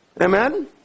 Amen